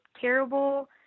terrible